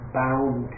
bound